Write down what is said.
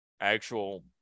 actual